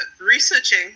researching